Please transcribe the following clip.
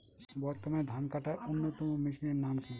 বর্তমানে ধান কাটার অন্যতম মেশিনের নাম কি?